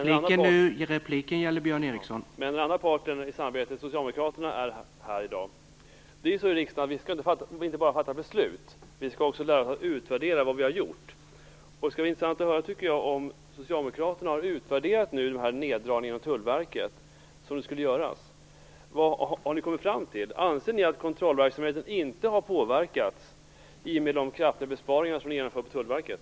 Herr talman! Den andra parten i samarbetet, Socialdemokraterna, är dock här i dag. I riksdagen skall vi inte bara fatta beslut. Vi skall också lära oss att utvärdera vad vi har gjort. Det skall bli intressant att höra, tycker jag, om socialdemokraterna har utvärderat de neddragningar inom Tullverket som skulle göras. Vad har socialdemokraterna kommit fram till? Anser socialdemokraterna att kontrollverksamheten inte har påverkats i och med de kraftiga besparingar som de genomför inom Tullverket?